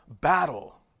battle